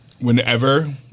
Whenever